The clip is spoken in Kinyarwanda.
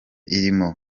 irimo